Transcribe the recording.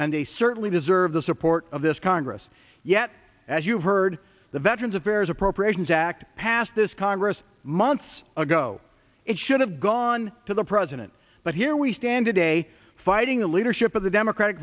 and they certainly deserve the support of this congress yet as you've heard the veterans affairs appropriations act passed this congress months ago it should have gone to the president but here we stand today fighting the leadership of the democratic